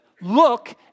Look